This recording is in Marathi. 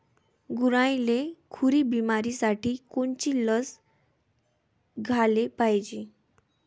गुरांइले खुरी बिमारीसाठी कोनची लस द्याले पायजे?